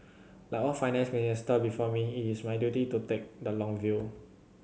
like all Finance Minister before me it is my duty to take the long view